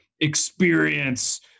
experience